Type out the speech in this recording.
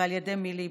ועל ידי מי להיבדק.